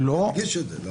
תדגיש את זה.